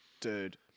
Dude